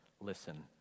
Listen